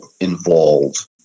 involved